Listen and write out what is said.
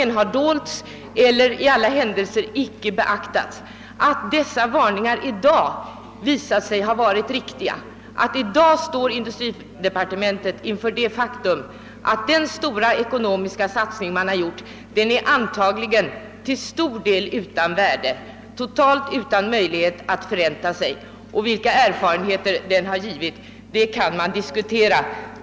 Man har dolt — eller i varje fall icke beaktat — dessa varningar, som i dag visar sig ha varit riktiga. Nu står industridepartementet inför det faktum att den stora ekonomiska satsning man gjort är till stor de! utan värde och saknar alla möjligheter att förränta sig. Och vilka erfarenheter anläggningen har givit kan diskuteras.